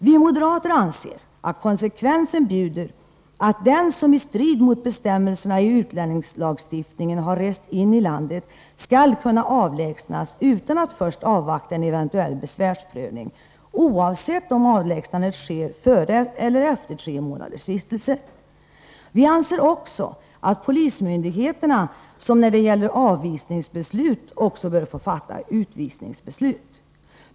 Vi moderater anser att konsekvensen bjuder att den som i strid med bestämmelserna i utlänningslagstiftningen har rest in i landet skall kunna avlägsnas utan att en eventuell besvärsprövning först avvaktas — oavsett om avlägsnandet sker före eller efter tre månaders vistelse i landet. Vi anser också att polismyndigheterna liksom vid avvisningsbeslut bör få fatta utvisningsbeslut.